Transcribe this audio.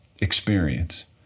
experience